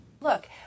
Look